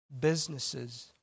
businesses